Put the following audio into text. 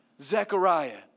Zechariah